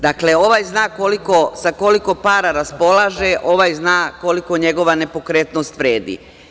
Dakle, ovaj zna sa koliko para raspolaže, ovaj zna koliko njegova nepokretnost vredi.